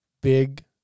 big